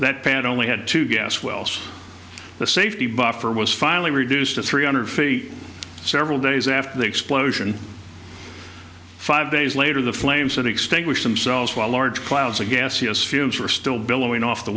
that band only had two gas wells the safety buffer was finally reduced to three hundred feet several days after the explosion five days later the flames and extinguish themselves while large clouds of gaseous fumes were still billowing off the